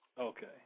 Okay